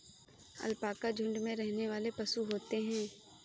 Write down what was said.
alpaca झुण्ड में रहने वाले पशु होते है